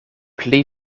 pli